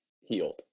healed